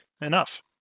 enough